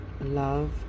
love